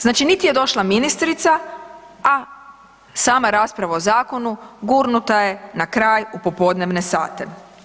Znači, niti je došla ministrica a sama rasprava o zakonu gurnuta je na kraj u popodnevne sate.